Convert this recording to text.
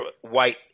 white